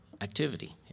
activity